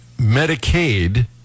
Medicaid